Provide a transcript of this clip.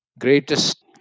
greatest